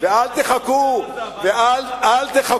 מי שהחליט על הגירוש מעזה, ואל תחכו,